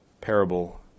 parable